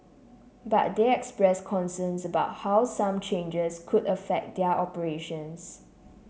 but they expressed concerns about how some changes could affect their operations